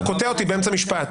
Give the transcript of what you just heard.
אתה קוטע אותי באמצע משפט.